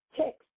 text